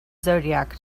zodiac